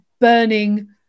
burning